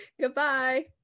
goodbye